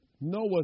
Noah